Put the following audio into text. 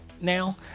now